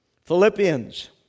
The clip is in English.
Philippians